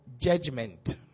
judgment